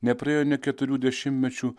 nepraėjo nė keturių dešimtmečių